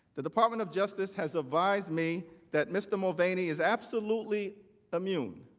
the department of justice has advised me that mr. mulvaney is absolutely immune.